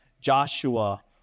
Joshua